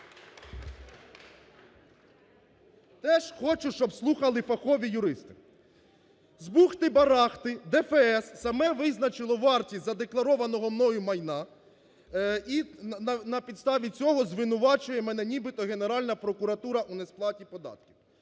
теж хочу, щоб слухали фахові юристи. З бухти барахти ДФС саме визначило вартість задекларованого мною майно і на підставі цього звинувачує мене нібито Генеральна прокуратура у несплаті податку.